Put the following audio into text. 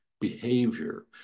behavior